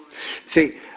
See